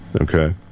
okay